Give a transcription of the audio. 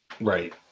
Right